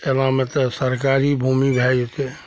एनामे तऽ सरकारी भूमि भए जेतय